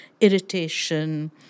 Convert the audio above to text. irritation